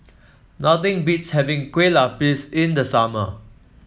nothing beats having Kueh Lupis in the summer